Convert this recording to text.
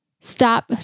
Stop